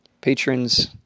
patrons